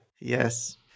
Yes